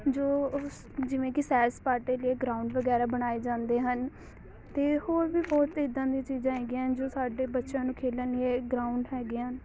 ਜੋ ਜਿਵੇਂ ਕਿ ਸੈਰ ਸਪਾਟੇ ਦੇ ਗਰਾਊਂਡ ਵਗੈਰਾ ਬਣਾਏ ਜਾਂਦੇ ਹਨ ਅਤੇ ਹੋਰ ਵੀ ਬਹੁਤ ਇੱਦਾਂ ਦੀਆਂ ਚੀਜ਼ਾਂ ਹੈਗੀਆਂ ਜੋ ਸਾਡੇ ਬੱਚਿਆਂ ਨੂੰ ਖੇਡਣ ਦੇ ਗਰਾਊਂਡ ਹੈਗੇ ਹਨ